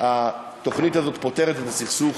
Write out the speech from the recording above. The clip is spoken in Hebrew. התוכנית הזאת פותרת את הסכסוך